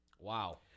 Wow